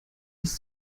das